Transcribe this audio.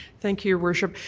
thank you, your worship.